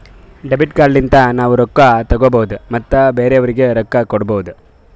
debit card ಲಿಂತ ನಾವ್ ರೊಕ್ಕಾ ತೆಕ್ಕೋಭೌದು ಮತ್ ಬೇರೆಯವ್ರಿಗಿ ರೊಕ್ಕಾ ಕೊಡ್ಭೌದು